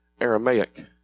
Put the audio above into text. Aramaic